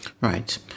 Right